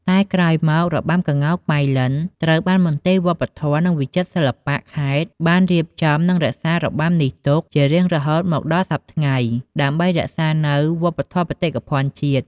តែក្រោយមករបាំក្ងោកប៉ៃលិន ត្រូវបានមន្ទីរវប្បធម៌ និងវិចិត្រសិល្បៈខេត្តបានរៀបចំនិងរក្សារបាំនេះទុកជារៀងរហូតមកដល់សព្វថ្ងៃ ដើម្បីរក្សានូវវប្បធម៌បេតិកភណ្ឌជាតិ។